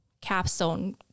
capstone